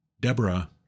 Deborah